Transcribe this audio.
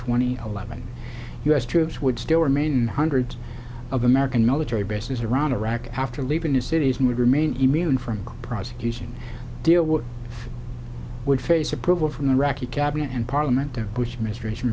twenty eleven u s troops would still remain hundreds of american military bases around iraq after leaving the cities and would remain immune from prosecution deal which would face approval from the iraqi cabinet and parliament the bush administration